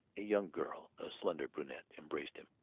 a young girl, a slender brunette, embraced him,